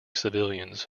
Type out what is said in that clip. civilians